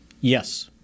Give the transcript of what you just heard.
Yes